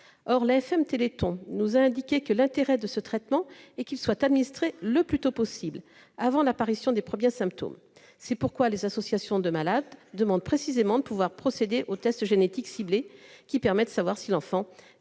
Or l'AFM-Téléthon nous a indiqué que l'intérêt de ce traitement est qu'il soit administré le plus tôt possible avant l'apparition des premiers symptômes. Les associations de malades demandent donc de pouvoir procéder au test génétique ciblé pour savoir si l'enfant